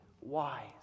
wise